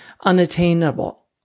unattainable